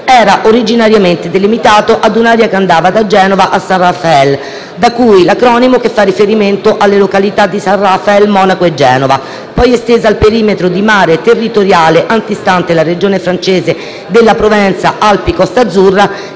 era originariamente delimitato ad un'area che andava da Genova a Saint-Raphael - da cui l'acronimo che fa riferimento alle località di Saint-Raphael, Monaco e Genova - poi estesa al perimetro di mare territoriale antistante la regione francese della Provenza-Alpi-Costa Azzurra